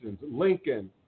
lincoln